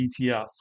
ETF